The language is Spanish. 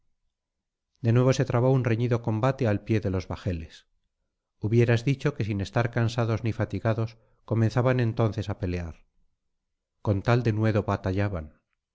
de nuevo se trabó un reñido combate al pie de los bajeles hubieras dicho que sin estar cansados ni fatigados comenzaban entonces á pelear con tal denuedo batallaban